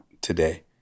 today